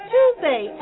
Tuesday